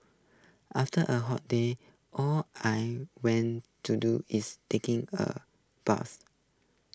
after A hot day all I went to do is taking A bath